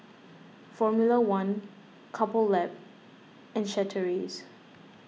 formula one Couple Lab and Chateraise